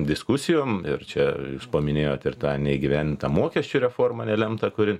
diskusijom ir čia jūs paminėjot ir tą neįgyvendintą mokesčių reformą nelemtą kuri